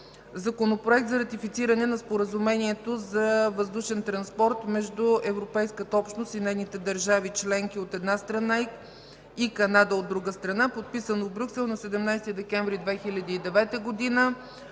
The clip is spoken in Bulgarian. Законопроект за ратифициране на Споразумение за въздушен транспорт между Европейската общност и нейните държави членки, от една страна, и Канада, от друга страна, подписано в Брюксел на 17 декември 2009 г.